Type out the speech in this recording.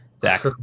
Zach